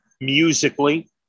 musically